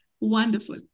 Wonderful